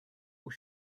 aux